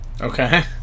Okay